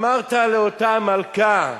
אמרת לאותה מלכה,